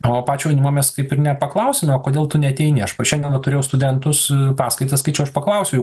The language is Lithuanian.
o pačio jaunimo mes kaip ir nepaklausiame o kodėl tu neateini aš va šiandieną turėjau studentus paskaitą skaičiau aš paklausiau jų